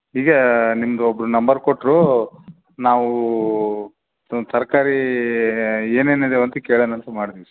ಈಗ ನಿಮ್ದು ಒಬ್ರು ನಂಬರ್ ಕೊಟ್ರು ನಾವು ತರ್ಕಾರಿ ಏನೇನು ಇದಾವಂತ ಕೇಳೋಣಾಂತ ಮಾಡಿದ್ವಿ